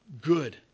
good